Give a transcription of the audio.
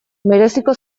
mereziko